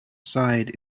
side